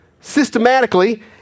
systematically